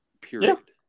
Period